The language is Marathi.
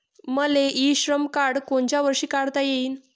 मले इ श्रम कार्ड कोनच्या वर्षी काढता येईन?